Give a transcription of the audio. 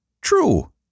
True